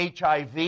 HIV